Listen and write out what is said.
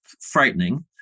frightening